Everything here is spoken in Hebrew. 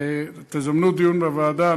תזמנו דיון בוועדה,